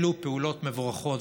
אלו פעולות מבורכות.